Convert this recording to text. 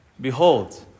behold